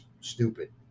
stupid